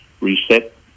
reset